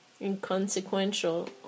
inconsequential